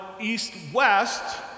east-west